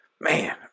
Man